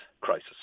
crisis